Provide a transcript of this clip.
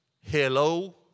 Hello